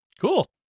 Cool